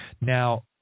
Now